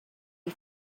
you